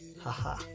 Haha